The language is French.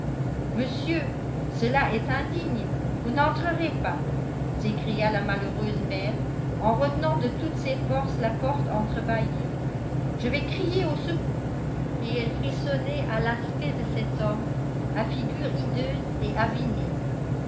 monsieur cela est indigne vous n'entrerez pas s'écria la malheureuse mère en retenant de toutes ses forces la porte entrebâillée je vais crier au secours et elle frissonnait à l'aspect de cet homme à figure hideuse et avinée